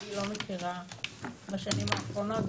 אני לא מכירה בשנים האחרונות,